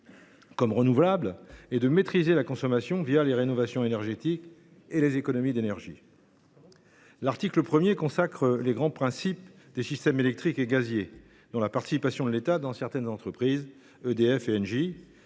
comme renouvelable, et de maîtriser la consommation, les rénovations énergétiques et les économies d’énergie. L’article 1 consacre les grands principes des systèmes électriques et gaziers, dont les participations de l’État dans certaines entreprises, EDF et Engie,